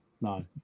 No